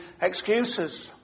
excuses